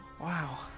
wow